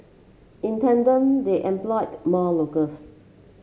in tandem they employed more locals